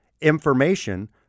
information